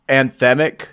anthemic